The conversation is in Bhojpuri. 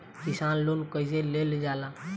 किसान लोन कईसे लेल जाला?